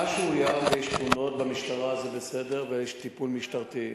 מה שאוים ויש תלונות במשטרה זה בסדר ויש טיפול משטרתי.